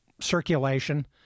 circulation